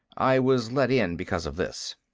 i was let in because of this.